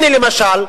הנה, למשל,